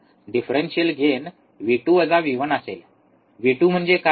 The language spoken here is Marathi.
डिफरंशियल गेन V2 V1असेल V2 म्हणजे काय